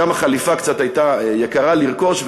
גם החליפה הייתה קצת יקרה לרכוש,